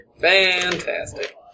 Fantastic